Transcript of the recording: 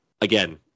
again